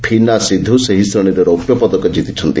ଫିନା ସିଧୁ ସେହି ଶ୍ରେଣୀରେ ରୌପ୍ୟ ପଦକ ଜିତିଛନ୍ତି